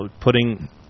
putting